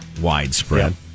widespread